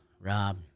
rob